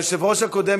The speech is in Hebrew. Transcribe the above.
היושב-ראש הקודם,